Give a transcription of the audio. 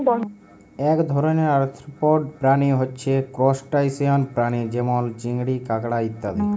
এক ধরণের আর্থ্রপড প্রাণী হচ্যে ত্রুসটাসিয়ান প্রাণী যেমল চিংড়ি, কাঁকড়া ইত্যাদি